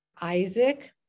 Isaac